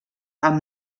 amb